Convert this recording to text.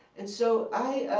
and so i